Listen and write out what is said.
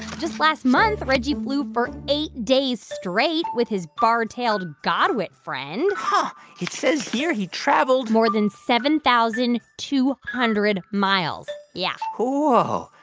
just last month, reggie flew for eight days straight with his bar-tailed godwit friend huh. it says here he traveled. more than seven thousand two hundred miles, yeah whoa,